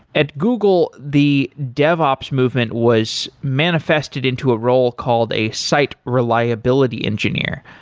at google, the devops movement was manifested into a role called a site reliability engineer.